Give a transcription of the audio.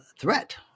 threat